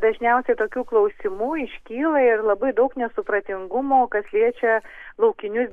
dažniausiai tokių klausimų iškyla ir labai daug nesupratingumo kas liečia laukinius